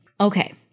okay